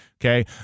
okay